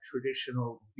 traditional